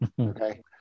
Okay